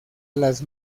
las